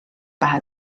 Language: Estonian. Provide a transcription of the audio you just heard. pähe